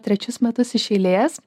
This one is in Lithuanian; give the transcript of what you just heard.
trečius metus iš eilės